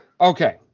Okay